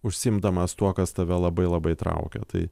užsiimdamas tuo kas tave labai labai traukia tai